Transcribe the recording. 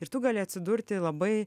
ir tu gali atsidurti labai